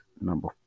number